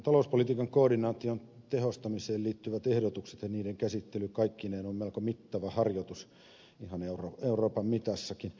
talouspolitiikan koordinaation tehostamiseen liittyvät ehdotukset ja niiden käsittely kaikkineen on melko mittava harjoitus ihan euroopankin mitassa